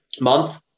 month